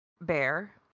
bear